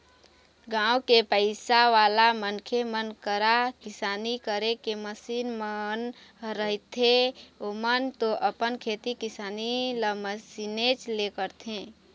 गाँव के पइसावाला मनखे मन करा किसानी करे के मसीन मन ह रहिथेए ओमन तो अपन खेती किसानी ल मशीनेच ले करथे